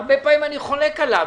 מה אתם אומרים, מירי?